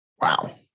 Wow